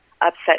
upset